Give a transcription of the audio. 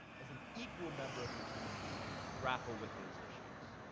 as an equal member of the community, grapple with those issues.